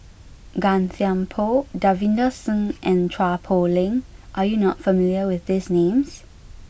Gan Thiam Poh Davinder Singh and Chua Poh Leng are you not familiar with these names